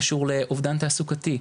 קשור לאובדן תעסוקתי,